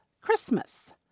Christmas